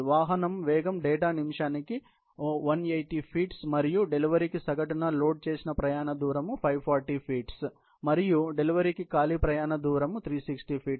వాహన వేగం డేటా నిమిషానికి 180 అడుగులు మరియు డెలివరీకి సగటున లోడ్ చేసిన ప్రయాణ దూరం 540 అడుగులు మరియు డెలివరీకి ఖాళీ ప్రయాణ దూరం 360 అడుగులు